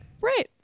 Right